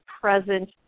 present